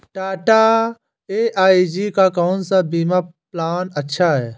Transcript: Tata AIG का कौन सा बीमा प्लान अच्छा है?